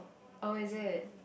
oh is it